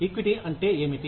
equity అంటే ఏమిటి